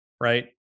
Right